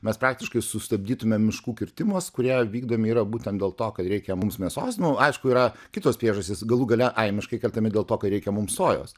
mes praktiškai sustabdytumėm miškų kirtimus kurie vykdomi yra būtent dėl to kad reikia mums mėsos nu aišku yra kitos priežastys galų gale ai miškai kertami dėl to kai reikia mums sojos